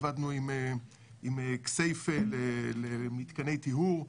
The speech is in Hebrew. עבדנו עם כסייפה על מתקני טיהור,